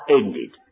ended